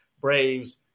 Braves